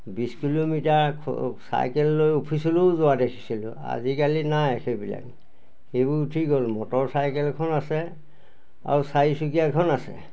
বিছ kilometre cycle লৈ অ'ফিচলৈও যোৱা দেখিছিলোঁ আজিকালি নাই সেইবিলাক সেইবোৰ উঠি গ'ল মটৰ চাইকেলখন আছে আৰু চাৰিচকীয়াখন আছে